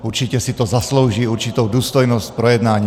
Určitě si to zaslouží určitou důstojnost projednání.